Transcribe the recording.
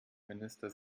minister